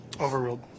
Overruled